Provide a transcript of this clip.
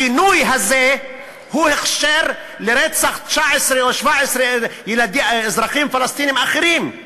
הגינוי הזה הוא הכשר לרצח 19 או 17 אזרחים פלסטינים אחרים,